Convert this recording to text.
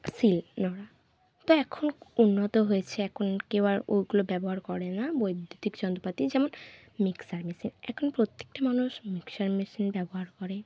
শিল নোড়া তাই এখন উন্নত হয়েছে এখন কেউ আর ওইগুলো ব্যবহার করে না বৈদ্যুতিক যন্ত্রপাতি যেমন মিক্সার মেশিন এখন প্রত্যেকটা মানুষ মিক্সার মেশিন ব্যবহার করে